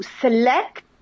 select